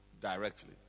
directly